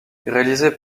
réalisées